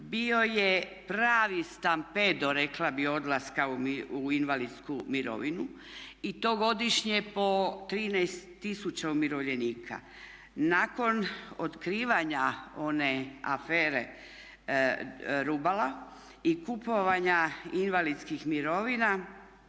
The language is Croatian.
bio je pravi stampedo rekla bih odlaska u invalidsku mirovinu i to godišnje po 13000 umirovljenika. Nakon otkrivanja one afere Rubala i kupovanja invalidskih mirovina,